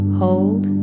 hold